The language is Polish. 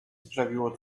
sprawiało